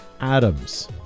Adams